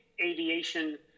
aviation